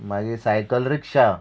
मागीर सायकल रिक्षा